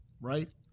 right